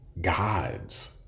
gods